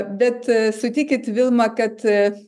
bet sutikit vilma kad